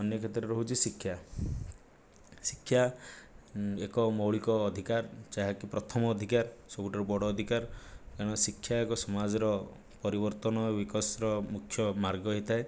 ଅନ୍ୟ କ୍ଷେତ୍ରରେ ରହୁଛି ଶିକ୍ଷା ଶିକ୍ଷା ଏକ ମୌଳିକ ଅଧିକାର ଯାହାକି ପ୍ରଥମ ଅଧିକାର ସବୁଠାରୁ ବଡ଼ ଅଧିକାର ଏଣୁ ଶିକ୍ଷା ଏକ ସମାଜର ପରିବର୍ତ୍ତନ ବିକାଶର ମୁଖ୍ୟ ମାର୍ଗ ହେଇଥାଏ